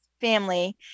family